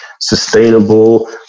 sustainable